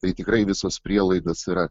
tai tikrai visos prielaidos yra